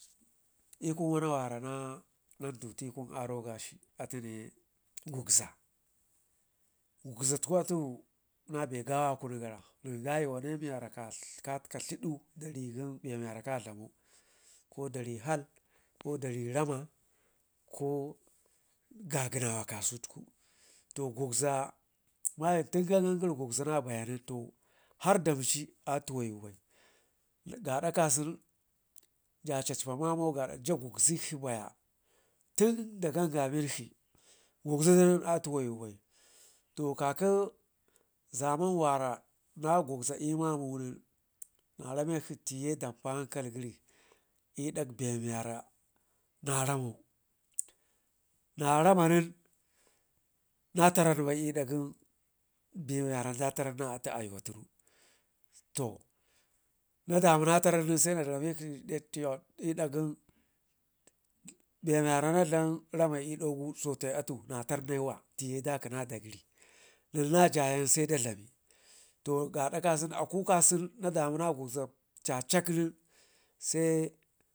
l'kun wana wara nantutu kun aroga atune gugza gugzaktu atu nabe gawa akunu gara nen gəyiwa ne miwara ka dlidu katka dlidu be gən bemiyara ka dlamau, ko da hal ko dari roma ko gagenawa kasau to gugza mayən ten gangangəri gubzina baya nen har damci atuwu bai gaadakasen ja cacba ma mau ja gugzigshi baya, tun da gangamenkshi gugze den atuwayu bai to kakə zaman wana na gugza l'mamunen na ramekshi tiye dan pi hankal gəri l'dak be mityara naramau naramo nen na taran bai l'dak gən be miwara dataran na atu ayuwa tun bai, to na damuna taran nen sai na ramikshi l'da cewa l'dak gɗn bemewa na na dlam rama l'doguso atu na tarnewa teye dakə na dagəri, nen na jayan se da dlami to gaada kasen aku kasen na damuna gubzo cacak nen se